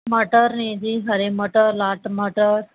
ਮਟਰ ਨੇ ਜੀ ਹਰੇ ਮਟਰ ਲਾਲ ਟਮਾਟਰ